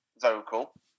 vocal